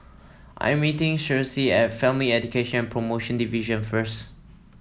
I am meeting Cicely at Family Education Promotion Division first